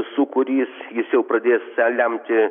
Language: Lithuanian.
sūkurys jis jau pradės lemti